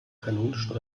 kanonischen